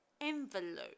envelope